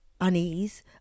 unease